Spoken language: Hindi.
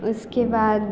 उसके बाद